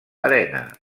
arena